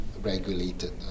regulated